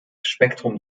spektrum